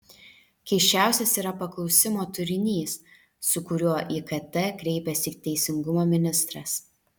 keisčiausias yra paklausimo turinys su kuriuo į kt kreipiasi teisingumo ministras